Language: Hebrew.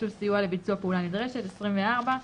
24 ,